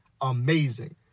amazing